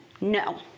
No